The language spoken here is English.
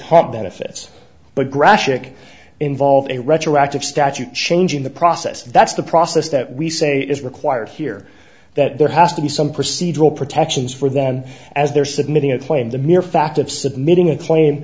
benefits but graphic involved a retroactive statute changing the process and that's the process that we say is required here that there has to be some procedural protections for them as they're submitting a claim the mere fact of submitting a claim